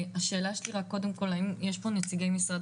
השאלה שלי היא רק קודם כל, האם יש כאן נציגי משרד